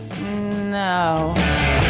no